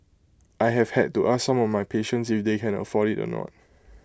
I have had to ask some of my patients if they can afford IT or not